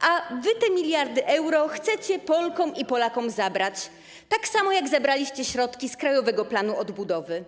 a wy te miliardy euro chcecie Polkom i Polakom zabrać, tak samo jak zabraliście środki z Krajowego Planu Odbudowy.